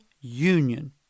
union